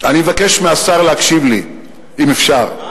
אני מבקש מהשר להקשיב לי, אם אפשר,